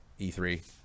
E3